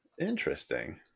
Interesting